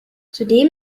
zudem